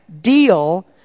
deal